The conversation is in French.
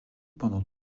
pendant